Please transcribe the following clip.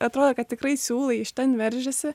atrodo kad tikrai siūlai iš ten veržiasi